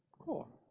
cool,